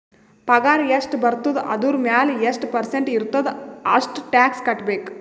ಪಗಾರ್ ಎಷ್ಟ ಬರ್ತುದ ಅದುರ್ ಮ್ಯಾಲ ಎಷ್ಟ ಪರ್ಸೆಂಟ್ ಇರ್ತುದ್ ಅಷ್ಟ ಟ್ಯಾಕ್ಸ್ ಕಟ್ಬೇಕ್